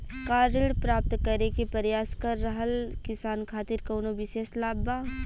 का ऋण प्राप्त करे के प्रयास कर रहल किसान खातिर कउनो विशेष लाभ बा?